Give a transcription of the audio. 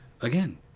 again